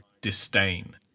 disdain